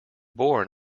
born